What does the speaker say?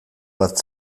bat